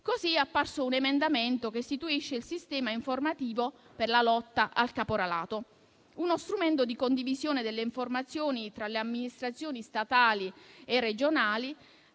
Così è apparso un emendamento che istituisce il sistema informativo per la lotta al caporalato: uno strumento di condivisione delle informazioni tra le amministrazioni statali e regionali.